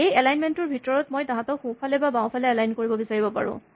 এই এলাইনমেন্ট টোৰ ভিতৰতে মই তাহাঁতক সোঁফালে বা বাওঁফালে এলাইন কৰিব বিচাৰিব পাৰোঁ